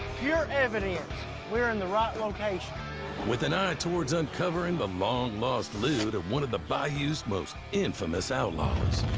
pure evidence we're in the right location. narrator with an eye towards uncovering the long lost loot of one of the bayou's most infamous outlaws.